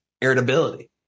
irritability